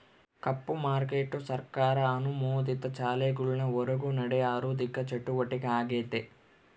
ಕಪ್ಪು market ಸರ್ಕಾರ ಅನುಮೋದಿತ ಚಾನೆಲ್ಗುಳ್ ಹೊರುಗ ನಡೇ ಆಋಥಿಕ ಚಟುವಟಿಕೆ ಆಗೆತೆ